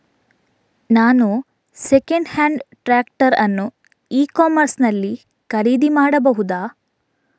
ನಾನು second hand tractor ಅನ್ನು e commerce ನಲ್ಲಿ ಖರೀದಿ ಮಾಡಬಹುದಾ?